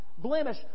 blemish